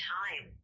time